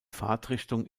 fahrtrichtung